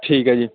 ਠੀਕ ਹੈ ਜੀ